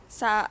sa